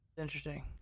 Interesting